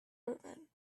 omen